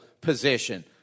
position